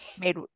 made